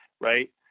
right